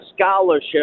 scholarship